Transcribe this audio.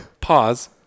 Pause